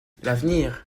l’avenir